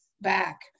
back